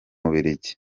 bubiligi